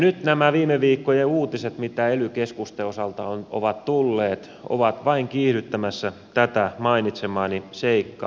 nyt nämä viime viikkojen uutiset mitä ely keskusten osalta on tullut ovat vain kiihdyttämässä tätä mainitsemaani seikkaa